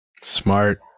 Smart